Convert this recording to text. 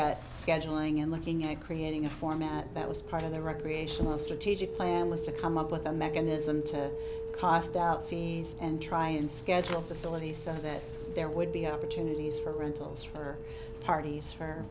at scheduling and looking at creating a format that was part of the recreational strategic plan was to come up with a mechanism to cost out fees and try and schedule facilities so that there would be opportunities for rentals for parties for